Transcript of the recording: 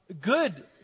good